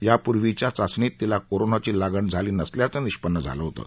यापूर्वीच्या चाचणीत तिला कोरोनाची लागण झाली नसल्याचं निष्पन्न झालं होतं